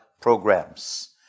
programs